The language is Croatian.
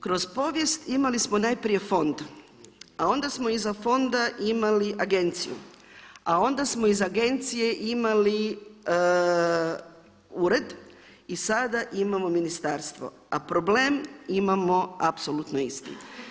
Kroz povijest imali smo najprije fond, a onda smo iza fonda imali agenciju, a onda smo iz agencije imali ured i sada imamo ministarstvo, a problem imamo apsolutno isti.